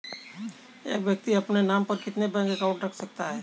एक व्यक्ति अपने नाम पर कितने बैंक अकाउंट रख सकता है?